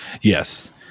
Yes